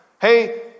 hey